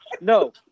No